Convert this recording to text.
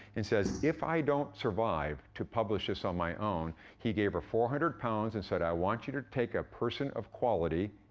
and says, if i don't survive to publish this on my own he gave her four hundred pounds and said, i want you to take a person of quality,